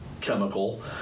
chemical